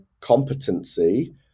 competency